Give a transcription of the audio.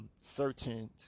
Certain